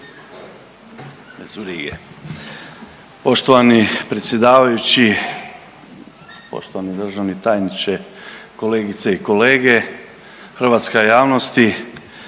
Poštovani predsjedavajući, poštovani državni tajniče, kolegice i kolege, hrvatska javnosti,